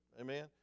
Amen